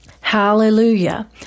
Hallelujah